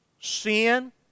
Sin